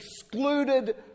excluded